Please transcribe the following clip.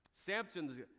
Samson's